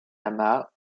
lama